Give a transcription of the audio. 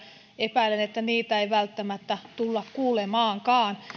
epäilen että niitä ei välttämättä tulla kuulemaankaan